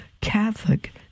catholic